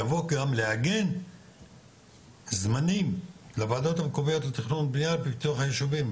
יבוא גם לעגן זמנים לוועדות המקומיות לתכנון ובנייה לפיתוח היישובים,